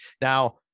Now